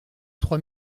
trois